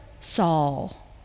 Saul